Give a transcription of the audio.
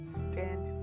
stand